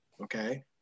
Okay